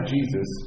Jesus